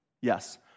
yes